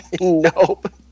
nope